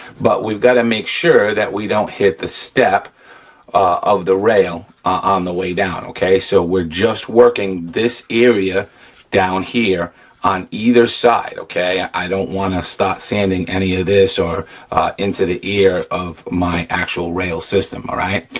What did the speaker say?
but we've gotta make sure that we don't hit the step of the rail on the way down, okay? so we're just working this area down here on either side. i don't wanna start sanding any of this or into the ear of my actual rail system, all right?